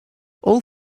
all